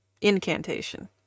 incantation